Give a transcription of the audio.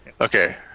Okay